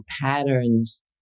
patterns